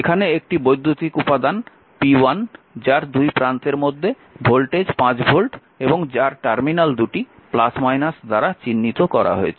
এখানে একটি বৈদ্যুতিক উপাদান p1 যার দুই প্রান্তের মধ্যে ভোল্টেজ 5 ভোল্ট এবং যার টার্মিনাল দুটি দ্বারা চিহ্নিত করা হয়েছে